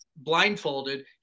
blindfolded